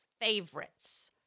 favorites